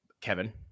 kevin